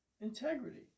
integrity